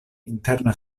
interna